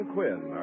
Quinn